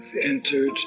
entered